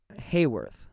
Hayworth